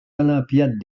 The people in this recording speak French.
olympiades